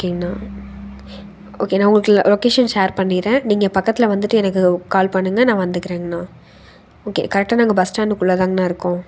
ஓகேங்கண்ணா ஓகேண்ணா உங்களுக்கு லொகேஷன் ஷேர் பண்ணிடுறேன் நீங்கள் பக்கத்தில் வந்துட்டு எனக்கு கால் பண்ணுங்க நான் வந்துக்கிறேங்கண்ணா ஓகே கரெக்டாக நாங்கள் பஸ் ஸ்டாண்டுக்குள்ளே தாங்கண்ணா இருக்கோம்